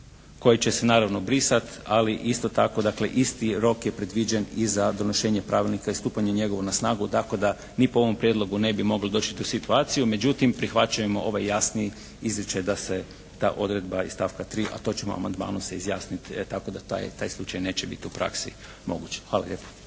koji će naravno brisat ali isto tako dakle isti rok je predviđen i za donošenje pravilnika i stupanje njegovo na snagu, tako da ni po ovom prijedlogu ne bi mogli doći u tu situaciju. Međutim, prihvaćamo ovaj jasni izričaj da se ta odredba iz stavka 3., a to ćemo amandman se izjasnit tako da taj slučaj neće biti u praksi moguć. Hvala lijepa.